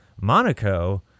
Monaco